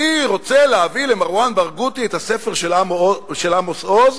אני רוצה להביא למרואן ברגותי את הספר של עמוס עוז,